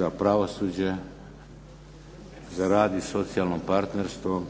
za pravosuđe, za rad i socijalno partnerstvo.